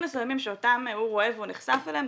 מסוימים שאותם הוא רואה והוא נחשף אליהם,